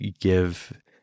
give